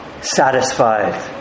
satisfied